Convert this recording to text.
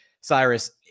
Cyrus